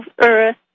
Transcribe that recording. Earth